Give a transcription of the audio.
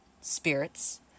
spirits